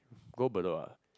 go Bedok ah